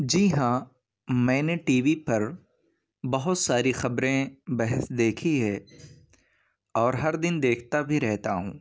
جی ہاں میں نے ٹی وی پر بہت ساری خبریں بحث دیکھی ہے اور ہر دن دیکھتا بھی رہتا ہوں